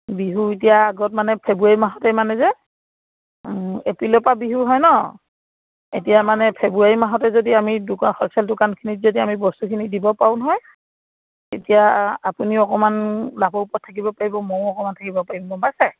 বিহু এতিয়া আগত মানে ফেব্ৰুৱাৰী মাহতে মানে যে এপ্ৰিলৰ পৰা বিহু হয় ন এতিয়া মানে ফেব্ৰুৱাৰী মাহতে যদি আমি দোকান হ'লছেল দোকানখিনিত যদি আমি বস্তুখিনি দিব পাৰো নহয় তেতিয়া আপুনিও অকমান লাভৰ ওপৰত থাকিব পাৰিব ময়ো অকণমান থাকিব পাৰিম গম পাইছে